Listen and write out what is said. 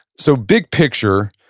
so big picture,